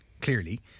clearly